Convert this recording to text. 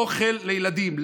אוכל לילדים.